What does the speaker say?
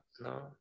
no